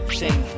sing